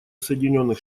соединенных